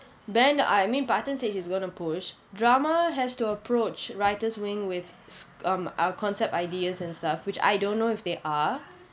band I mean parthen say he's gonna push drama has to approach writers wing with um our concepts ideas and stuff which I don't know if they are